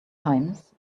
times